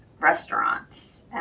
restaurant